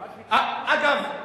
אגב,